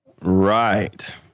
Right